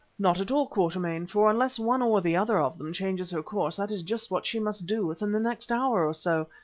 not at all, quatermain, for unless one or the other of them changes her course that is just what she must do within the next hour or so,